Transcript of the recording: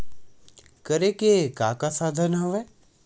करे के का का साधन हवय?